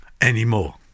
anymore